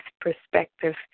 perspective